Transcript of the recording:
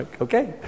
Okay